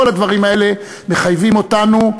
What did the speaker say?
כל הדברים מחייבים אותנו,